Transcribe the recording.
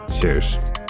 Cheers